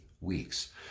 weeks